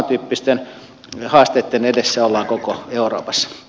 samantyyppisten haasteitten edessä ollaan koko euroopassa